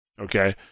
Okay